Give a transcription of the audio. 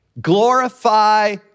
glorify